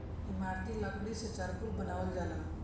इमारती लकड़ी से चारकोल बनावल जाला